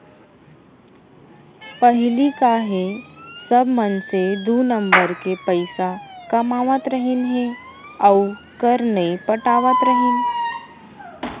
पहिली का हे सब मनसे दू नंबर के पइसा कमावत रहिन हे अउ कर नइ पटात रहिन